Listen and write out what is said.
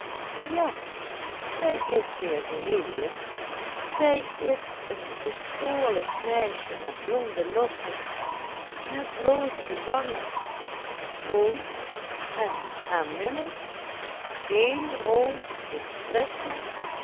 grootmoeder ja zij is weer geheel jong zij is een bekoorlijk meisje met blonde lokken met blozende wangen schoon en aanminnig geen roos is frisscher